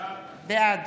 בעד